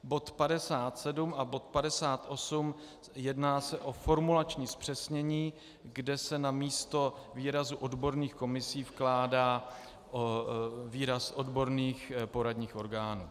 Bod 57 a bod 58 jedná se o formulační zpřesnění, kde se namísto výrazu odborných komisí vkládá výraz odborných poradních orgánů.